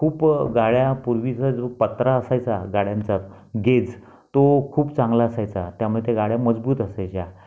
खूप गाड्या पूर्वीचा जो पत्रा असायचा गाड्यांचा गेज तो खूप चांगला असायचा त्यामुळे त्या गाड्या मजबूत असायच्या